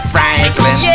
Franklin